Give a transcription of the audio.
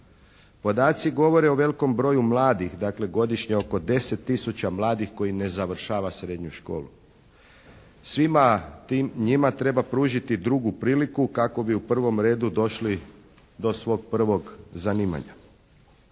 Podaci govore o velikom broju mladih, dakle godišnje oko 10 tisuća mladih koji ne završava srednju školu. Svima njima treba pružiti drugu priliku kako bi u prvom redu došli do svog prvog zanimanja.